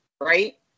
Right